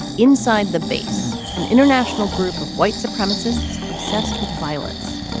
and inside the base, an international group of white supremacists obsessed with violence.